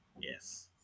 Yes